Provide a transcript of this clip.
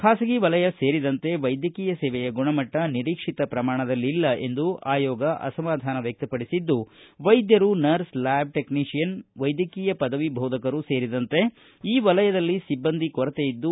ಖಾಸಗಿ ವಲಯ ಸೇರಿದಂತೆ ವೈದ್ಯಕೀಯ ಸೇವೆಯ ಗುಣಮಟ್ಟ ನಿರೀಕ್ಷಿತ ಪ್ರಮಾಣದಲ್ಲಿಲ್ಲ ಎಂದು ಅಸಮಾಧಾನ ವ್ವಕ್ತಪಡಿಸಿರುವ ಆಯೋಗ ವೈದ್ಯರು ನರ್ಸ್ ಲ್ಯಾಬ್ ಟೆಕ್ನೀಷಿಯನ್ ವೈದ್ಯಕೀಯ ಪದವಿ ಬೋಧಕರು ಸೇರಿದಂತೆ ಈ ವಲಯದಲ್ಲಿ ಸಿಬ್ಬಂದಿ ಕೊರತೆಯಿದ್ದು